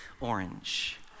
orange